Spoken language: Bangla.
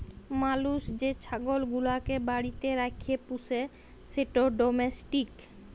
মালুস যে ছাগল গুলাকে বাড়িতে রাখ্যে পুষে সেট ডোমেস্টিক